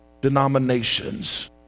denominations